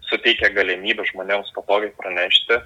suteikia galimybę žmonėms patogiai pranešti